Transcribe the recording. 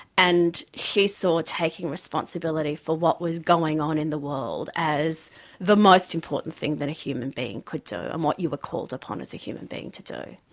and she saw taking responsibility for what was going on in the world as the most important thing that a human being could do and what you were called upon as a human being to do.